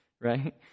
Right